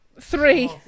Three